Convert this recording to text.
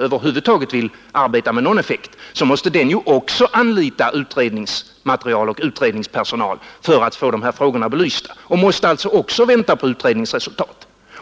över huvud taget vill arbeta med någon effekt, måste den ju också anlita utredningsmaterial och utredningspersonal för att få de här frågorna belysta och måste alltså också vänta på utredningsresultat.